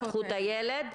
הילד.